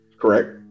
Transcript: Correct